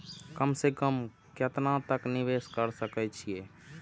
कम से कम केतना तक निवेश कर सके छी ए?